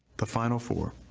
the final four.